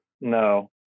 No